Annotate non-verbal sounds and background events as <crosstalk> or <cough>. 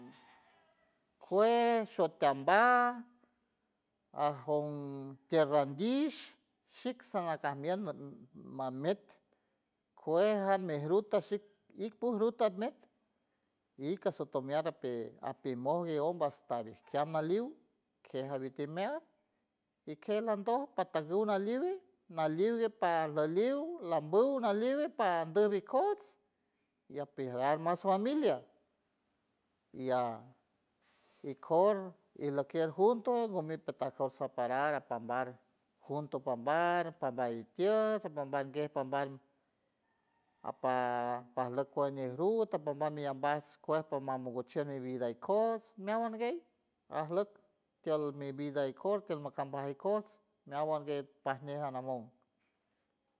<noise> Juet shocambart, ajom tierranguish shix sanacambier nit mamet cueja meruta shik ipo ruta met, ika sotomiarampe apemogue omba hasta dij cama liuj queja letimer y quelandos patas duna libel naliuve param laliuw lambu nalive paranduvi cots y paguiar mas familia y a ikor y lokier juntos gumi petocosa parar apambar junto pambar pambari tior bombarguer pambar apa parlok por mi ruta pambarb mi ambast cuest pomamuguchiew mi vida ikots me awuan guey arloj ti old mi vida aycort tirmacambay aykots meawuande pajñe anamoun.